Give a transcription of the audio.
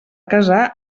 casar